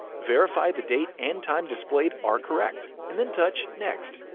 verify the date and time displayed are correct, and then touch next.